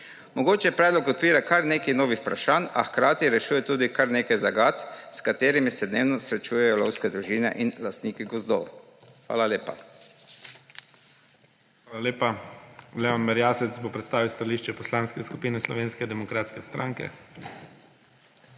Mogoče predlog odpira kar nekaj novih vprašanj, a hkrati rešuje tudi kar nekaj zagat, s katerimi se dnevno srečujejo lovske družine in lastniki gozdov. Hvala lepa. **PREDSEDNIK IGOR ZORČIČ:** Hvala lepa. Leon Merjasec bo predstavil stališče Poslanske skupine Slovenske demokratske stranke.